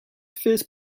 phase